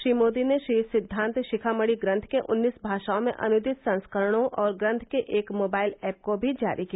श्री मोदी ने श्री सिद्वांत शिखामणि ग्रंथ के उन्नीस भाषाओं में अनुदित संस्करणों और ग्रंथ के एक मोबाइल एप्प को भी जारी किया